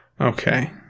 Okay